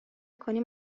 کنیم